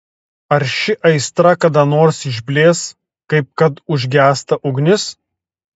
ar ši aistra kada nors išblės kaip kad užgęsta ugnis